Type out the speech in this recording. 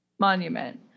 Monument